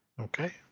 Okay